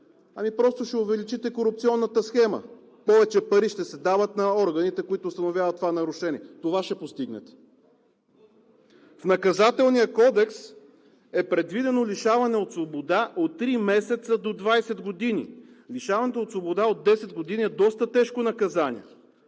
Ами просто ще увеличите корупционната схема – повече пари ще се дават на органите, които установяват това нарушение – това ще постигнете. В Наказателния кодекс е предвидено лишаване от свобода от три месеца до 20 години. Лишаването от свобода от 10 години е доста тежко наказание.